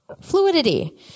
Fluidity